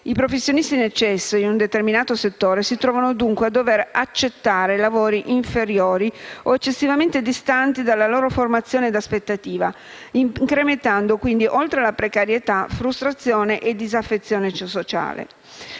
I professionisti in eccesso in un determinato settore si trovano, dunque, a dover accettare lavori inferiori o eccessivamente distanti alla loro formazione e aspettativa, incrementando, quindi, oltre alla precarietà, frustrazione e disaffezione sociale.